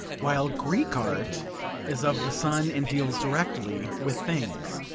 while greek art is of the sun and deals directly with things.